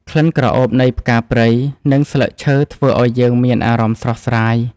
ក្លិនក្រអូបនៃផ្កាព្រៃ និងស្លឹកឈើធ្វើឱ្យយើងមានអារម្មណ៍ស្រស់ស្រាយ។